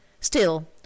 Still